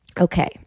okay